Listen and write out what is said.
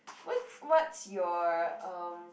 what's what's your um